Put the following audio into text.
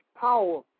power